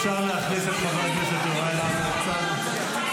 אפשר להכניס את חבר הכנסת יוראי להב הרצנו.